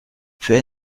für